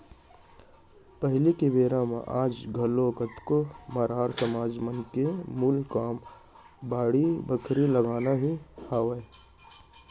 पहिली के बेरा म आज घलोक कतको मरार समाज मन के मूल काम बाड़ी बखरी लगाना ही हावय